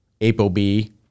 ApoB